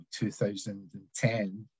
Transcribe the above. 2010